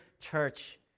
church